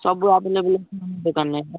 ସବୁ ଆଭେଲେବୁଲ୍ ଅଛି ଆମ ଦୋକାନରେ